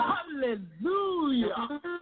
Hallelujah